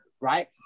right